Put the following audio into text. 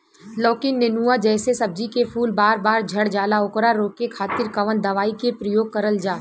लौकी नेनुआ जैसे सब्जी के फूल बार बार झड़जाला ओकरा रोके खातीर कवन दवाई के प्रयोग करल जा?